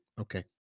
Okay